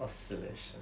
oscillation